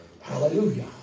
Hallelujah